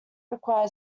require